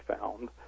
found